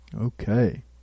Okay